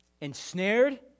Ensnared